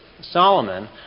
Solomon